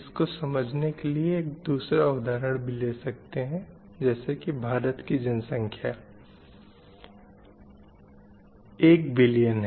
इसको समझने के लिए एक दूसरा उदाहरण भी ले सकते हैं भारत की जनसंख्या 1 बिलियन है